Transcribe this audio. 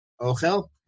Ochel